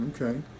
Okay